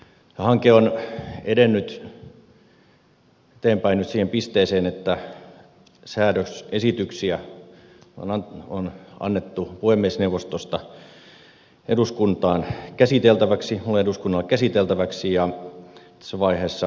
hanke on edennyt eteenpäin nyt siihen pisteeseen että säädösesityksiä on annettu puhemiesneuvostosta muulle eduskunnalle käsiteltäväksi ja tässä vaiheessa halusin kuitenkin käyttää tämän puheenvuoron